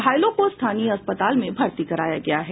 घायलों को स्थानीय अस्पताल में भर्ती कराया गया है